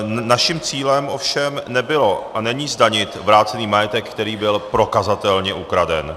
Naším cílem ovšem nebylo a není zdanit vrácený majetek, který byl prokazatelně ukraden.